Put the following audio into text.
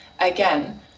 again